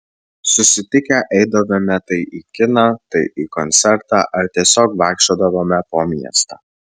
susitikę eidavome tai į kiną tai į koncertą ar tiesiog vaikščiodavome po miestą